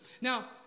Now